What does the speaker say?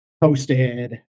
posted